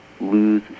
lose